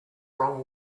wrong